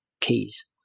keys